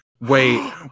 Wait